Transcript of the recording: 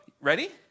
ready